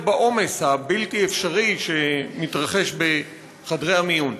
בעומס הבלתי אפשרי שמתרחש בחדרי המיון.